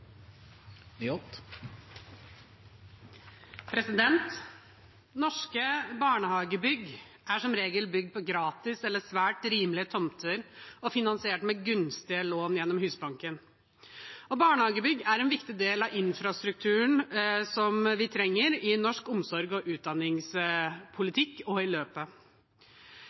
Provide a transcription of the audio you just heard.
3 minutter. Norske barnehagebygg er som regel bygd på gratis eller svært rimelige tomter og finansiert med gunstige lån gjennom Husbanken. Barnehagebygg er en viktig del av infrastrukturen som vi trenger i norsk omsorg og utdanningspolitikk, og i løpet.